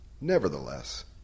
Nevertheless